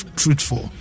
truthful